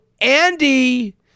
andy